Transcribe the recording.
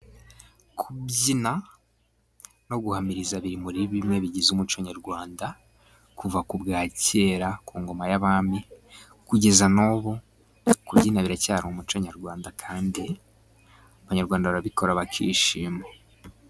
Kubyina no guhamiriza biri muri bimwe bigize umuco nyarwanda. Kuva kera ku ngoma y'abami kugeza n'ubu, kubyina biracyari umuco nyarwanda, kandi abanyarwanda barabikora bakishima.